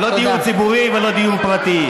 לא דיור ציבורי ולא דיור פרטי.